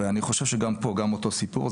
ואני חושב שגם פה זה אותו סיפור,